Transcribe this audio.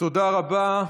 תודה רבה.